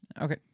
Okay